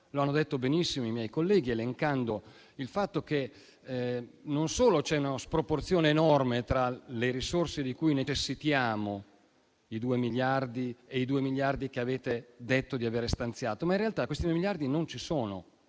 Lo hanno detto benissimo i miei colleghi, sottolineando il fatto che non solo c'è una sproporzione enorme tra le risorse di cui necessitiamo - i due miliardi che avete detto di avere stanziato - ma in realtà questi due miliardi non ci sono: